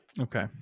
Okay